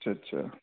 اچھا اچھا